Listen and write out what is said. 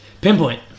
pinpoint